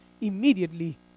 immediately